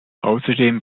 außerdem